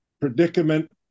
predicament